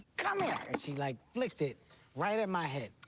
come here! and she, like, flicked it right at my head.